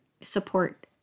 support